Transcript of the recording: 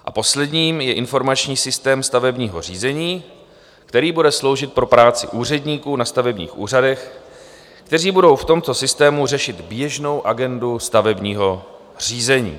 A poslední je Informační systém stavebního řízení, který bude sloužit pro práci úředníků na stavebních úřadech, kteří budou v tomto systému řešit běžnou agendu stavebního řízení.